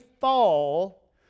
fall